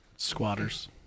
Squatters